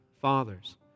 fathers